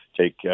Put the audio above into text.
take